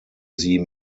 sie